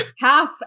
half